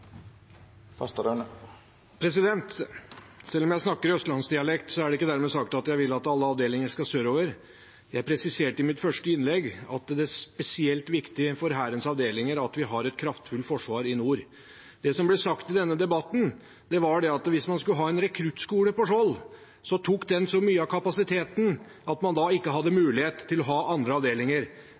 Selv om jeg snakker østlandsdialekt, er det ikke dermed sagt at jeg vil at alle avdelinger skal sørover. Jeg presiserte i mitt første innlegg at det er spesielt viktig for Hærens avdelinger at vi har et kraftfullt forsvar i nord. Det som ble sagt i denne debatten, var at hvis man skulle ha en rekruttskole på Skjold, tok den så mye av kapasiteten at man da ikke hadde mulighet til å ha andre avdelinger.